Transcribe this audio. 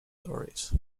stories